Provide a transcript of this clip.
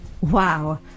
Wow